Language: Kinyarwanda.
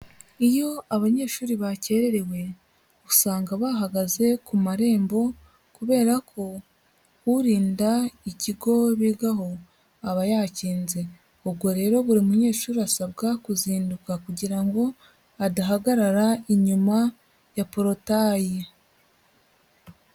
Iyo abanyeshuri bakererewe, usanga bahagaze ku marembo kubera ko urinda ikigo bigaho aba yakinze, ubwo rero buri munyeshuri asabwa kuzinduka kugira ngo adahagarara inyuma ya porotayi.